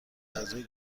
اعضای